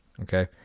Okay